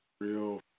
real